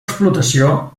explotació